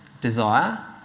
desire